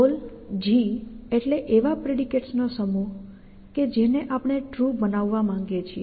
goal g એટલે એવા predicates નો સમૂહ કે જેને આપણે ટ્રુ બનવા માંગીએ છીએ